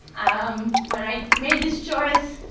um when i made this choice,